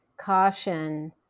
caution